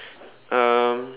um